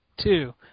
two